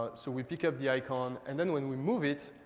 but so we pick up the icon and then when we move it,